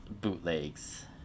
bootlegs